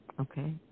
Okay